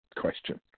question